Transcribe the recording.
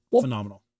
phenomenal